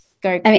Go